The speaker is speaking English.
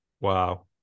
wow